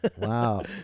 wow